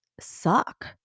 suck